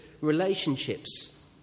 relationships